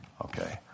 okay